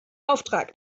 auftrag